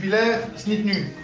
the best